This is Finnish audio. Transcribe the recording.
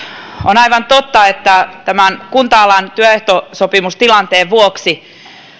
on aivan totta että tämän kunta alan työehtosopimustilanteen vuoksi